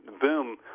boom